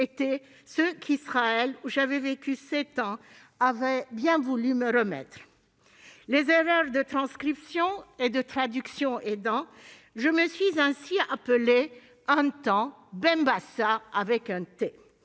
étaient ceux qu'Israël, où j'avais vécu sept ans, avait bien voulu me remettre. Les erreurs de transcription et de traduction aidant, je me suis ainsi appelée un temps Benbassat, avec un « t »